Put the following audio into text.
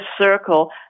circle